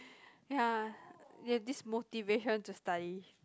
ya you've this motivation to study